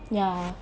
ya